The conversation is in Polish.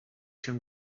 się